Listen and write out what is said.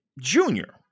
junior